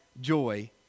joy